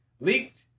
leaked